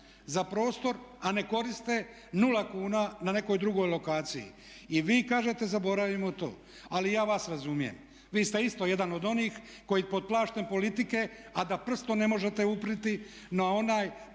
za prostor, a ne koriste 0 kuna na nekoj drugoj lokaciji. I vi kažete zaboravimo to. Ali ja vas razumijem, vi ste isto jedan od onih koji pod plaštem politike a da prstom ne možete uprijeti na onaj